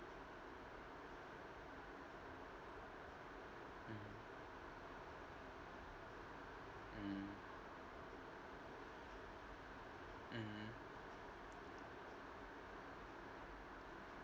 mm mm mmhmm